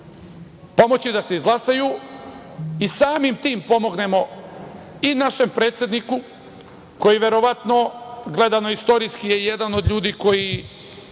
zadovoljstvom, izglasaju i samim tim pomognemo i našem predsedniku, koji verovatno, gledano istorijski, je jedan od ljudi koji